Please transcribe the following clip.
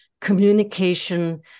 communication